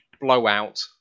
Blowout